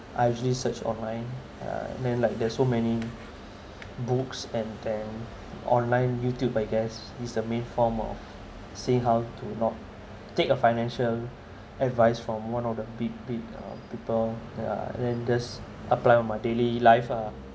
I usually search online uh then like there's so many books and then online youtube I guess is the main form of say how to not take a financial advice from one of the big big people that are lenders apply on my daily life ah